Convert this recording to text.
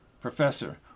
Professor